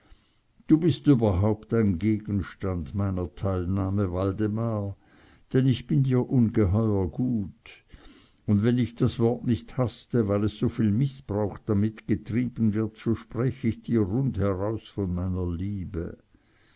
du bist überhaupt ein gegenstand meiner teilnahme waldemar denn ich bin dir ungeheuer gut und wenn ich das wort nicht haßte weil soviel mißbrauch damit getrieben wird so spräch ich dir rundheraus von meiner liebe